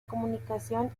comunicación